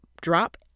drop